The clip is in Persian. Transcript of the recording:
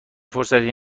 فرصتی